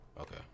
Okay